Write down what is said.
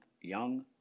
young